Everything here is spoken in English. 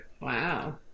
Wow